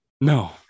no